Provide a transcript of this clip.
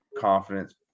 confidence